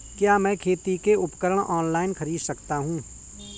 क्या मैं खेती के उपकरण ऑनलाइन खरीद सकता हूँ?